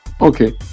Okay